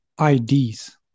IDs